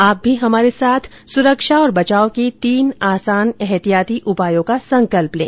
आप भी हमारे साथ सुरक्षा और बचाव के तीन आसान एहतियाती उपायों का संकल्प लें